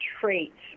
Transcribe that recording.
traits